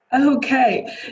Okay